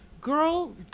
Girl